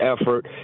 effort